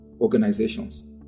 organizations